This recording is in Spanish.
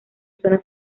zona